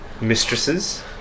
Mistresses